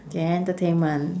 K entertainment